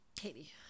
Katie